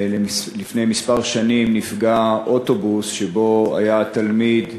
לפני כמה שנים נפגע אוטובוס שבו היה תלמיד,